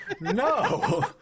No